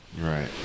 Right